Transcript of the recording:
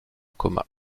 coma